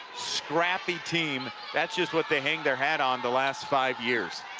scrappy team, that's just what they hang their hat on the last five years.